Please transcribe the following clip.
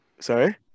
Sorry